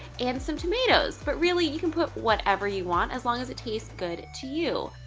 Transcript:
and some tomatoes. but really you can put whatever you want as long as it taste good to you.